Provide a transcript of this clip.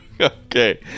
Okay